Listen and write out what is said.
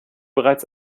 bereits